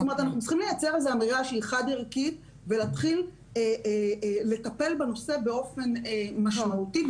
אנחנו צריכים לייצר אמירה חד ערכית ולהתחיל לטפל בנושא באופן משמעותי,